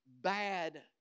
bad